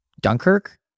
Dunkirk